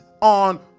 on